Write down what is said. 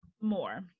more